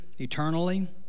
eternally